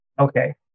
Okay